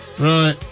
Right